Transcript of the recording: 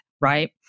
Right